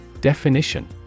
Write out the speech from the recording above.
Definition